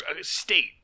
state